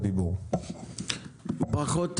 ברכות,